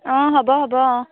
অঁ হ'ব হ'ব অঁ